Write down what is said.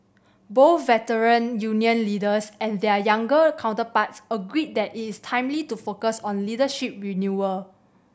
both Veteran Union leaders and their younger counterparts agreed that it is timely to focus on leadership renewal